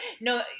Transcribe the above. no